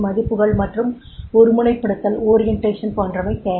மதிப்புகள் மற்றும் ஒருமுனைப்படுத்தல் போன்றவை தேவை